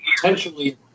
potentially